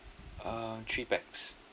um three pax